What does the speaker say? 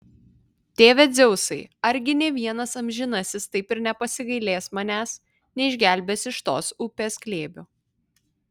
tėve dzeusai argi nė vienas amžinasis taip ir nepasigailės manęs neišgelbės iš tos upės glėbio